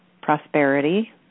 prosperity